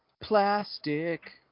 Plastic